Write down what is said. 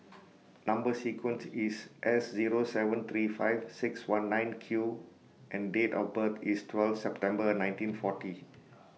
Number sequence IS S Zero seven three five six one nine Q and Date of birth IS twelve September nineteen forty